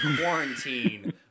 quarantine